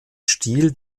stil